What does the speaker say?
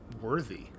worthy